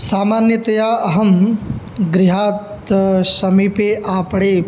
सामान्यतया अहं गृहात् समीपे आपणे